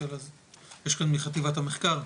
יש כאן מחטיבת המחקר.